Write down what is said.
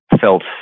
felt –